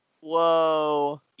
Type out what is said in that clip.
Whoa